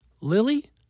Lily